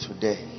Today